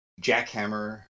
jackhammer